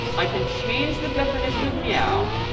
i can change the definition of meow,